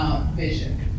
vision